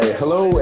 hello